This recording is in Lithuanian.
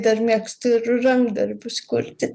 dar mėgstu ir rankdarbius kurti